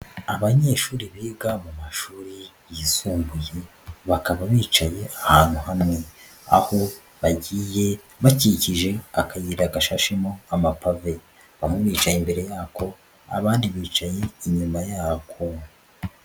Abanyeshuri biga mu mashuri yisumbuye, bakaba bicaye ahantu hamwe aho bagiye bakikije akayira gashashemo amapave, bamwe bicaye imbere yako, abandi bicaye inyuma yako.